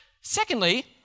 Secondly